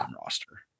roster